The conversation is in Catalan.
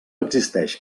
existeix